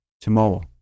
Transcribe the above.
tomorrow